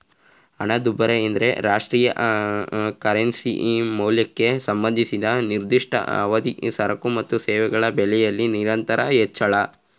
ಹಣದುಬ್ಬರ ಎಂದ್ರೆ ರಾಷ್ಟ್ರೀಯ ಕರೆನ್ಸಿ ಮೌಲ್ಯಕ್ಕೆ ಸಂಬಂಧಿಸಿದ ನಿರ್ದಿಷ್ಟ ಅವಧಿ ಸರಕು ಮತ್ತು ಸೇವೆ ಬೆಲೆಯಲ್ಲಿ ನಿರಂತರ ಹೆಚ್ಚಳ